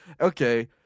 okay